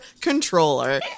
controller